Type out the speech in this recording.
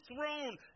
throne